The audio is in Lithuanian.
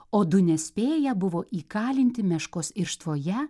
o du nespėję buvo įkalinti meškos irštvoje